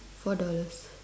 four dollars